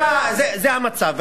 זה המצב.